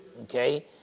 okay